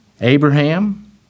Abraham